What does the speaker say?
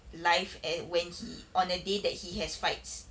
life eh when he on a day that he has fights